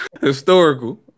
historical